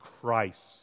Christ